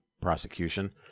prosecution